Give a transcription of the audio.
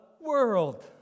world